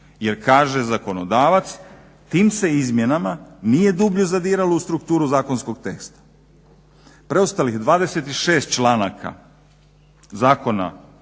jer kaže zakonodavac tim se izmjenama nije dublje zadiralo u strukturu zakonskog teksta. Preostalih 26 članaka zakona